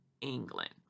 England